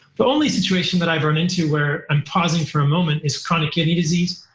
the only situation that i've run into where i'm pausing for a moment is chronic kidney disease.